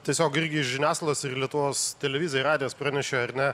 tiesiog irgi iš žiniasklaidos ir lietuvos televizija ir radijas pranešė ar ne